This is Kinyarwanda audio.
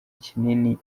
kinini